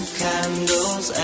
candles